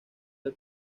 del